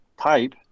type